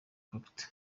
capt